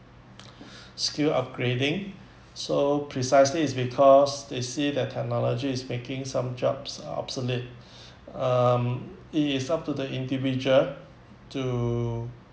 skill upgrading so precisely is because they see that technology is making some jobs uh obsolete um it is up to the individual too